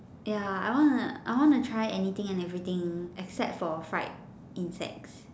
ya I want to I want to try anything and everything except for fried insects